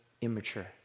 immature